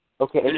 Okay